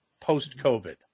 post-COVID